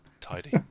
Tidy